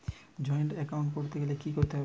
Joint account করতে গেলে কি করতে হবে?